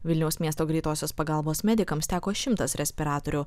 vilniaus miesto greitosios pagalbos medikams teko šimtas respiratorių